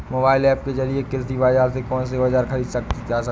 Mobile app के जरिए कृषि बाजार से कौन से औजार ख़रीदे जा सकते हैं?